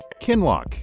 Kinlock